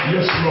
Yes